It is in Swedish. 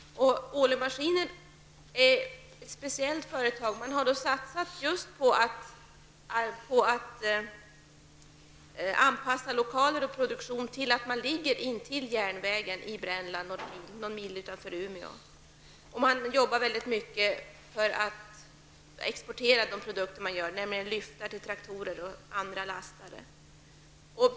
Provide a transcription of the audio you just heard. Ålö-Maskiner är ett speciellt företag. Man har satsat på att anpassa lokaler och produktion till att företaget ligger intill järnvägen några mil utanför Umeå. Man arbetar mycket för att kunna exportera de produkter som tillverkas, nämligen lyftare till traktorer och andra lastfordon.